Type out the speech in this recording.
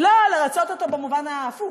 לא, לרצות אותו במובן ההפוך.